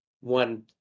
one